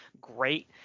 great